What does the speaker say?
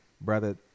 brother